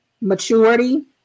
maturity